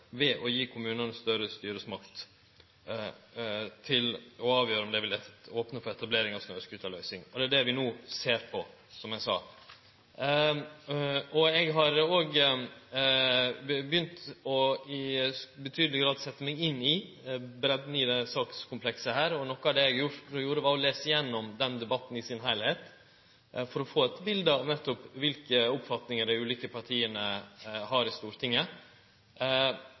ved å gi kommunane større styresmakt til å avgjere om dei vil opne for etablering av snøscooterløyper. Det er det vi no ser på, som eg sa. Eg har òg begynt i betydeleg grad å setje meg inn i omfanget av dette sakskomplekset, og noko av det eg gjorde, var å lese gjennom heile debatten for å få eit bilete av nettopp kva for ulike oppfatningar dei ulike partia i Stortinget